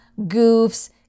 goofs